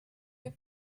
you